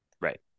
Right